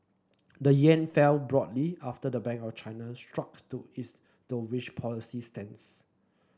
the yen fell broadly after the Bank of China stuck to its dovish policy stance